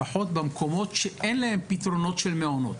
לפחות במקומות שאין להם פתרונות של מעונות,